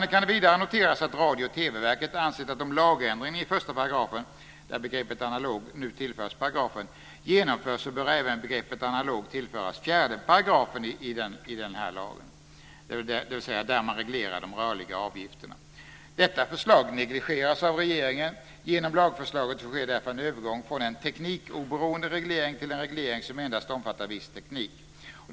Det kan vidare noteras att Radio och TV-verket ansett att om lagändringen i 1 §- där begreppet analog nu tillförs paragrafen - genomförs så bör begreppet analog även tillföras 4 § i lagen, dvs. där man reglerar de rörliga avgifterna. Detta förslag negligeras av regeringen. Genom lagförslaget sker därför en övergång från en teknikoberoende reglering till en reglering som endast omfattar viss teknik.